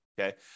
Okay